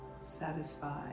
satisfied